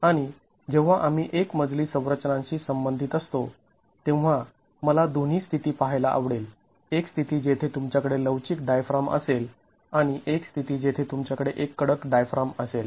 आणि जेव्हा आम्ही एक मजली संरचनांशी संबंधित असतो तेव्हा मला दोन्ही स्थिती पाहायला आवडेल एक स्थिती जेथे तुमच्याकडे लवचिक डायफ्राम असेल आणि एक स्थिती जेथे तुमच्याकडे एक कडक डायफ्राम असेल